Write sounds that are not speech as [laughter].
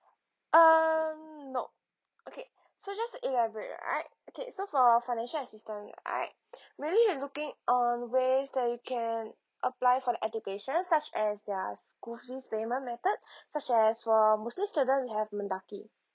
um no okay so just to elaborate right okay so for financial assistance right [breath] maybe you're looking on ways that you can apply for the education such as their school fees payment method [breath] such as for muslim student we have mendaki